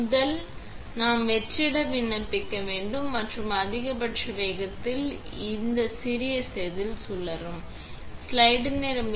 முதல் நாம் வெற்றிட விண்ணப்பிக்க வேண்டும் மற்றும் நாம் அதிகபட்ச வேகத்தில் இந்த சிறிய செதில் சுழலும்